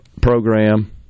Program